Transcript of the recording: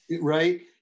Right